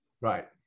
Right